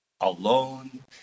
alone